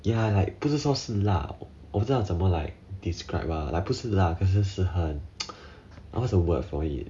ya like 不是说是辣我不知道怎么 like describe lah like 不是辣可是是很 what's the word for it